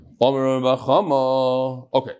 Okay